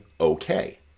okay